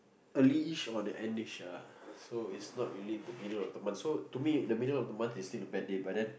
early-ish or the end-ish ah so is not really the middle of the month so to me the middle of the month is still a bad day but then